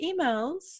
emails